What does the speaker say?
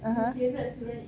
(uh huh)